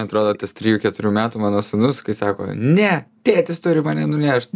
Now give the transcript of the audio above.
man atrodo tas trijų keturių metų mano sūnus kai sako ne tėtis turi mane nunešt